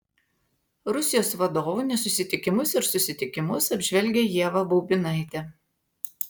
rusijos vadovų nesusitikimus ir susitikimus apžvelgia ieva baubinaitė